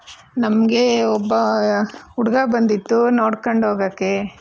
ನಮಗೆ ಒಬ್ಬ ಹುಡ್ಗ ಬಂದಿತ್ತು ನೋಡ್ಕೊಂಡು ಹೋಗೋಕ್ಕೆ